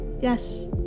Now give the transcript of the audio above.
Yes